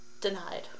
denied